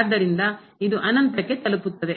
ಆದ್ದರಿಂದ ಇದು ಅನಂತಕ್ಕೆ ತಲುಪುತ್ತದೆ